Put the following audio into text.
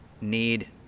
need